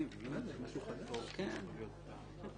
נשאלתי למה קבענו 25% הפחתה ולא שיעור גבוה יותר.